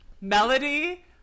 Melody